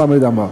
חמד עמאר.